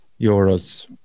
euros